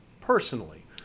personally